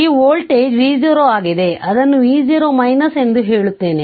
ಈ voltage v0 ಆಗಿದೆ ಅದನ್ನು v0 ಎಂದು ಹೇಳುತ್ತೇನೆ